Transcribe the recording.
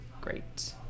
great